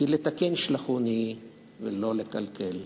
כי לתקן שלחוני ולא לקלקל.